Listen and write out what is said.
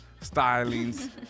stylings